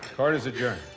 court is adjourned.